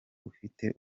ufite